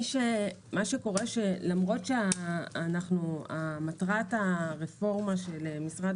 מה שקורה זה שלמרות שמטרת הרפורמה של משרד